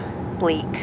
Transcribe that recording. bleak